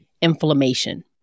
inflammation